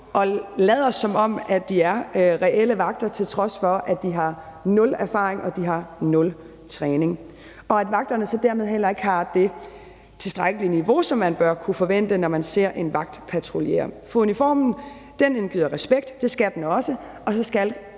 og lader, som om de er reelle vagter, til trods for de har nul erfaring og nul træning, og at vagterne så dermed heller ikke har det tilstrækkelige niveau, som man bør kunne forvente, når man ser en vagt patruljere. For uniformen indgyder respekt, og det skal den også, og så skal